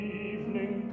evening